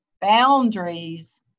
boundaries